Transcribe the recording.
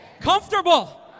comfortable